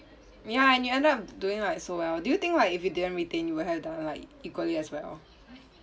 ya and you end up doing like so well do you think like if you didn't retain you will have done like equally as well